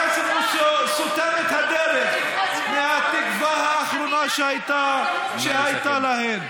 חוסם את הדרך מהתקווה האחרונה שהייתה להן.